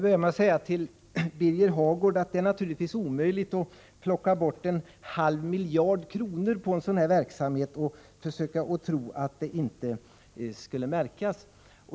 Herr talman! Det är naturligtvis omöjligt, Birger Hagård, att plocka bort en halv miljard kronor på en sådan här verksamhet och försöka tro att det inte skulle märkas.